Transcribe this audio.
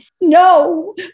no